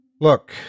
Look